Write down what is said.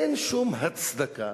אין שום הצדקה,